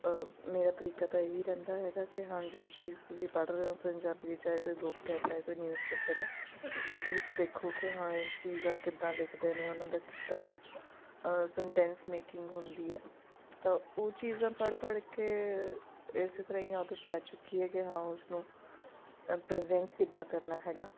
ਮੇਰਾ ਤਰੀਕਾ ਤਾਂ ਇਹ ਹੀ ਰਹਿੰਦਾ ਹੈਗਾ ਕਿ ਹਾਂ ਜੋ ਚੀਜ਼ ਤੁਸੀਂ ਪੜ੍ਹ ਰਹੇ ਹੋ ਪੰਜਾਬੀ ਦੀ ਚਾਹੇ ਕੋਈ ਬੁੱਕ ਹੈ ਚਾਹੇ ਕੋਈ ਨਿਊਜ਼ ਪੇਪਰ ਹੈ ਉਹਦੇ ਵਿੱਚ ਦੇਖੋ ਕਿ ਹਾਂ ਇਹ ਚੀਜ਼ਾਂ ਕਿੱਦਾਂ ਲਿਖਦੇ ਨੇ ਉਹਨਾਂ ਦਾ ਕਿੱਦਾਂ ਸਨਟੈਂਸ ਮੇਕਿੰਗ ਹੁੰਦੀ ਹੈ ਤਾਂ ਉਹ ਚੀਜ਼ਾਂ ਪੜ੍ਹ ਪੜ੍ਹ ਕੇ ਇਸ ਤਰ੍ਹਾਂ ਹੀ ਆਦਤ ਪੈ ਚੁੱਕੀ ਹੈ ਕਿ ਹਾਂ ਉਸ ਨੂੰ ਪ੍ਰਜੈਂਟ ਕਿੱਦਾਂ ਕਰਨਾ ਹੈਗਾ